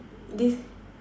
this